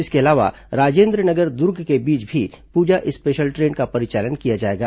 इसके अलावा राजेन्द्र नगर दुर्ग के बीच भी पूजा स्पेशल ट्रेन का परिचालन किया जाएगा